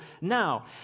now